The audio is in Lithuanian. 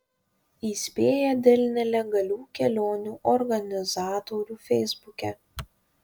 įspėja dėl nelegalių kelionių organizatorių feisbuke